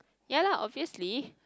ya lah obviously